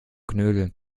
knödel